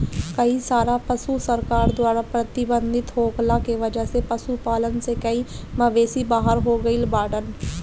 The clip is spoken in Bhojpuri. कई सारा पशु सरकार द्वारा प्रतिबंधित होखला के वजह से पशुपालन से कई मवेषी बाहर हो गइल बाड़न